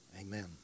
Amen